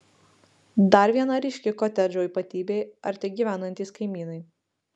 dar viena ryški kotedžo ypatybė arti gyvenantys kaimynai